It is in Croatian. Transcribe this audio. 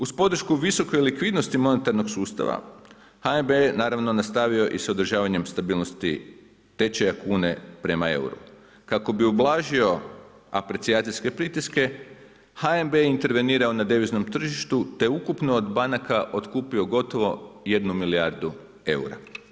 Uz podršku visokoj likvidnosti monetarnog sustava, HNB je naravno nastavio i s održavanjem stabilnosti tečaja kune prema euru kako bi ublažio aprecijacijske pritiske, HNB je intervenirao na deviznom tržištu te ukupno od banaka otkupio gotovo jednu milijardu eura.